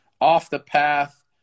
off-the-path